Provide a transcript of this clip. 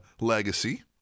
Legacy